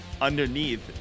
underneath